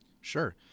sure